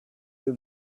your